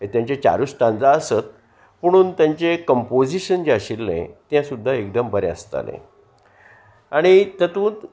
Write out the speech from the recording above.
तेंचे चारूच तांजा आसत पुणून तेंचें कंपोजिशन जें आशिल्लें तें सुद्दा एकदम बरें आसतालें आनी तातूंत